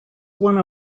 one